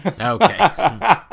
Okay